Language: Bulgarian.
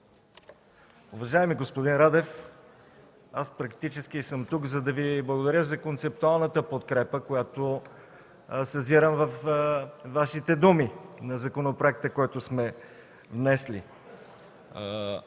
Уважаеми господин Радев, аз практически съм тук, за да Ви благодаря за концептуалната подкрепа, която съзирам във Вашите думи по законопроекта, който сме внесли.